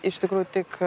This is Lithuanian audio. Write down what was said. iš tikrųjų tik